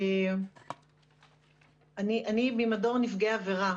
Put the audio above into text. אני ממדור נפגעי עבירה.